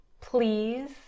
Please